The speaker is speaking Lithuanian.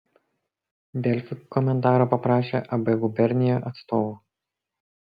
delfi komentaro paprašė ab gubernija atstovų